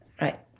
Right